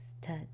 touch